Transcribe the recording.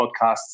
podcasts